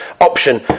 option